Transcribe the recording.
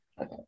Okay